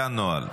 זה הנוהל.